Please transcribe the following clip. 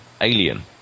Alien